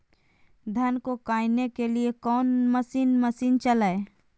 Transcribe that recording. धन को कायने के लिए कौन मसीन मशीन चले?